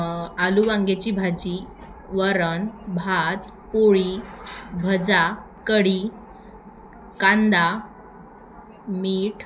आलू वांग्याची भाजी वरण भात पोळी भजी कढी कांदा मीठ